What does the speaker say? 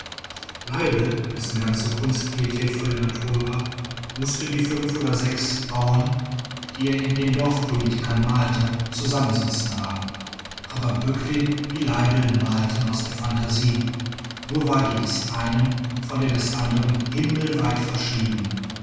leibl dessen ganze kunst pietät vor der natur war mußte die fünf oder sechs bauern die er in den dorfpolitikern malte zusammensitzen haben aber böcklin wie leibl malten aus der phantasie nur war die des einen von der des anderen himmelweit verschieden